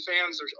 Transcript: fans